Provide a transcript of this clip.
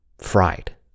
Fried